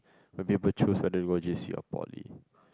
maybe people choose want to go J_C or poly